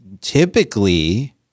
typically